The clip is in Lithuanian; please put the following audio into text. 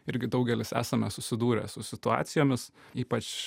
irgi daugelis esame susidūrę su situacijomis ypač